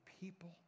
people